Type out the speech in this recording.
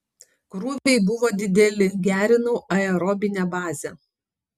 krūviai buvo dideli gerinau aerobinę bazę